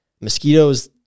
Mosquitoes